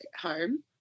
home